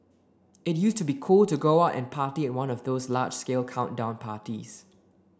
it used to be cool to go out and party at one of those large scale countdown parties